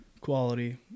quality